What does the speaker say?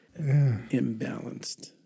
imbalanced